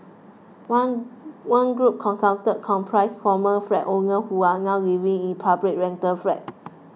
one one group consulted comprised former flat owners who are now living in public rental flats